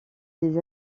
des